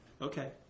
Okay